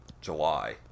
July